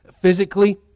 physically